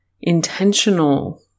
intentional